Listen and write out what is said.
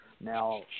Now